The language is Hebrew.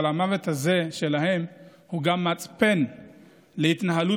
אבל המוות הזה שלהם הוא גם מצפן להתנהלות